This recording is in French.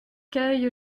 cueille